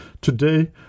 today